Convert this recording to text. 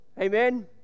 Amen